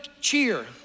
cheer